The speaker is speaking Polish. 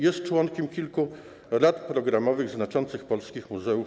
Jest członkiem kilku rad programowych znaczących polskich muzeów.